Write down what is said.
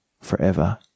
forever